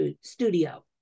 Studio